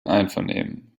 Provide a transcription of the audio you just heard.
einvernehmen